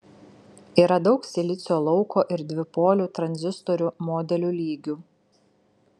yra daug silicio lauko ir dvipolių tranzistorių modelių lygių